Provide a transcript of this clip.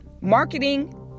marketing